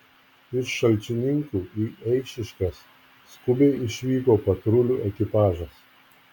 iš šalčininkų į eišiškes skubiai išvyko patrulių ekipažas